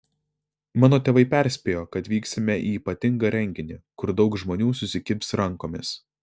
mano tėvai perspėjo kad vyksime į ypatingą renginį kur daug žmonių susikibs rankomis